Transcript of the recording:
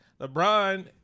LeBron